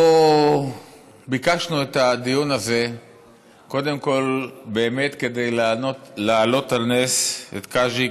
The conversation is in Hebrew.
אנחנו ביקשנו את הדיון הזה קודם כול באמת כדי להעלות על נס את קאז'יק,